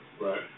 Right